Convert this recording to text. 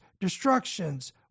destructions